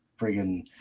friggin